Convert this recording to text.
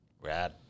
Rad